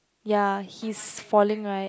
ya he's falling right